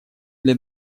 для